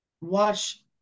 watch